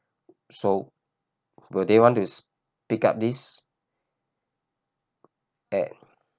so will they want to s~ pick up this at